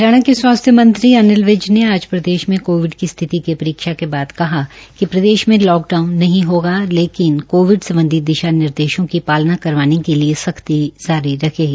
हरियाणा के स्वास्थ्य मंत्री अनिल विज ने आज प्रदेश में कोविड की स्थिति की श्रीक्षा के बाद कहा कि प्रदेश में लॉकडाउन नहीं होगा लेकिन कोविड सम्बधी दिशा निर्देशों की शालना करवाने के लिए सख्ती जारी रहेगी